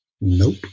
Nope